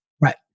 Right